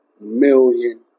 million